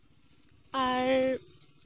ᱟᱨ